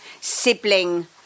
sibling